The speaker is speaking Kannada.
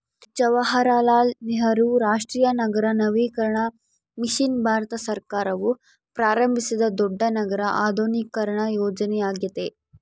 ಜವಾಹರಲಾಲ್ ನೆಹರು ರಾಷ್ಟ್ರೀಯ ನಗರ ನವೀಕರಣ ಮಿಷನ್ ಭಾರತ ಸರ್ಕಾರವು ಪ್ರಾರಂಭಿಸಿದ ದೊಡ್ಡ ನಗರ ಆಧುನೀಕರಣ ಯೋಜನೆಯ್ಯಾಗೆತೆ